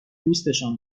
دوستشان